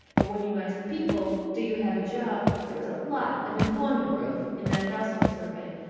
but when you ask people do you have a job, there was a lot of employment growth in that household survey.